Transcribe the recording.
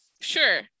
sure